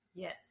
Yes